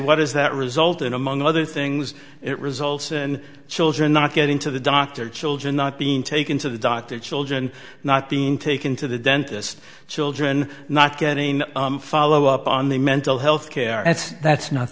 what is that result in among other things it results in children not getting to the doctor children not being taken to the doctor children not being taken to the dentist children not getting follow up on the mental health care and that's not